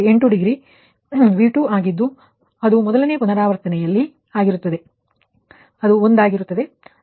8 degree ನಿಮ್ಮ V2 ಆಗಿದ್ದು ಅದು ಮೊದಲ ಪುನರಾವರ್ತನೆಯಲ್ಲಿ 1 ಆಗಿದೆ